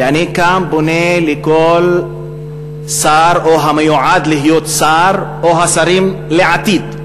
ואני כאן פונה לכל שר או מיועד להיות שר או השרים לעתיד,